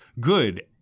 good